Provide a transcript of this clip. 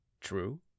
True